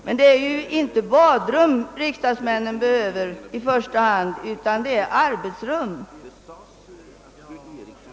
Men det är ju inte badrum som riksdagsledamöterna i första hand behöver utan arbetsrum.